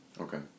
Okay